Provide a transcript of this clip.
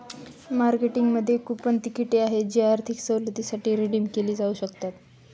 मार्केटिंगमध्ये कूपन तिकिटे आहेत जी आर्थिक सवलतींसाठी रिडीम केली जाऊ शकतात